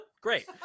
Great